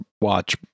watch